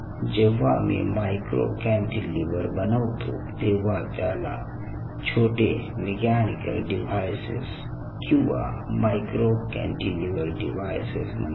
जेव्हा मी micro cantilever बनवतो तेव्हा त्याला छोटे मेकॅनिकल डिव्हाइसेस किंवा मायक्रो कॅन्टीलिव्हर डिव्हाइसेस म्हणतात